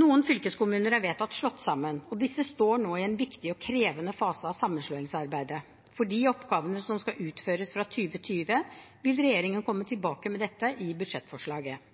Noen fylkeskommuner er vedtatt slått sammen, og disse står nå i en viktig og krevende fase av sammenslåingsarbeidet. For oppgavene som skal overføres fra 2020, vil regjeringen komme tilbake med dette i budsjettforslaget for 2020.